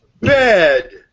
Bed